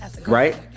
right